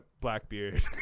Blackbeard